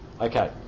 Okay